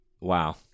Wow